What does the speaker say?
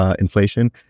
inflation